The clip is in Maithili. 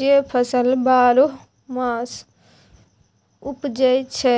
जे फसल बारहो महीना उपजै छै